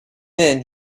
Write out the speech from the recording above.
then